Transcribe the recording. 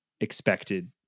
expected